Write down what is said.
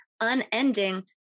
unending